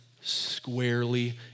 Squarely